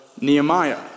Nehemiah